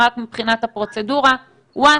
אנחנו יודעים לשגר את הקהל בצורה נכונה ומדודה לאורך המבואות.